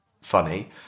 funny